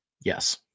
Yes